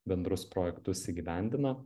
bendrus projektus įgyvendina